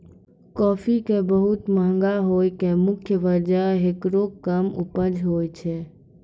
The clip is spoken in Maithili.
काफी के बहुत महंगा होय के मुख्य वजह हेकरो कम उपज होय छै